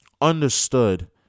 understood